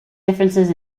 differences